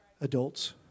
adults